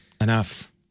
Enough